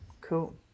Cool